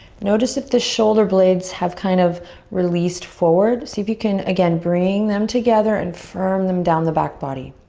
notice that the shoulder blades have kind of released forwards. see if you can, again, bring them together and firm them down the back body.